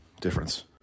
difference